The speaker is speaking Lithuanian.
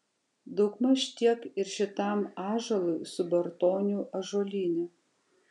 daugmaž tiek ir šitam ąžuolui subartonių ąžuolyne